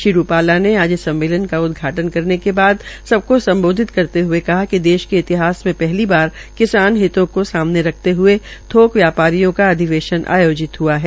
श्री रूपाला ने आज इस सम्मेलन का उदघाटन करने के बाद सबको सम्बोधित करते हुए कि देश के इतिहास में पहली वार किसान हितो को मामले रखते हए थोक व्यापारियों का अधिवेशन आयोजित हआ है